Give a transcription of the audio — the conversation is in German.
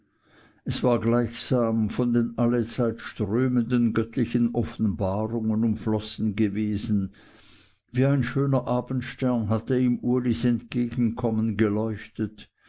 es war gleichsam von den allezeit strömenden göttlichen offenbarungen umflossen gewesen wie ein schöner abendstern hatte ihm ulis entgegenkommen geleuchtet